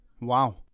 Wow